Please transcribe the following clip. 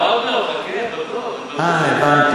עוד לא, חכה, אה, הבנתי.